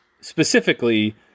specifically